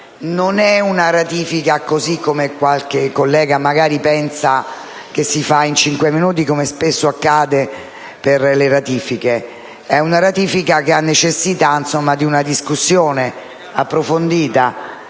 di una ratifica che, come qualche collega magari pensa, si può esaminare in cinque minuti, come spesso accade per le ratifiche. È una ratifica che ha necessità di una discussione approfondita,